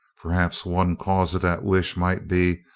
perhaps one cause of that wish might be,